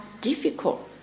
difficult